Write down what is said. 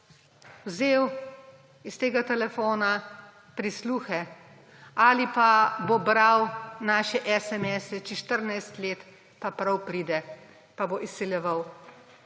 vzel iz tega telefona prisluhe ali pa bo bral naše esemese – čez 14 let pa prav pride, pa bo izsiljeval.